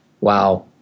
wow